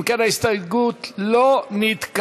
אם כן, ההסתייגות לא נתקבלה.